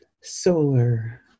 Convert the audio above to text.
solar